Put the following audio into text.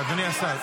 --- אדוני השר.